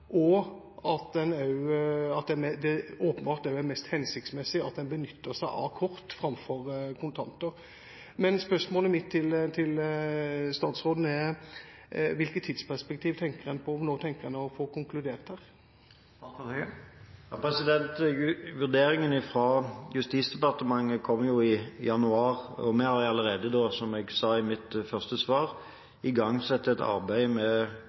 og at det er mest hensiktsmessig at en benytter seg av kort framfor kontanter. Spørsmålet mitt til statsråden er: Hvilket tidsperspektiv ser han for seg for når en får konkludert her? Vurderingen fra Justisdepartementet kom i januar, og vi har allerede, som jeg sa i mitt første svar, igangsatt et arbeid sammen med